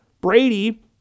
Brady